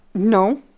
no